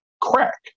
crack